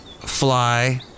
Fly